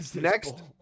next